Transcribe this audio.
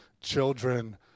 children